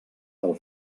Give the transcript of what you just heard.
del